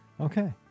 okay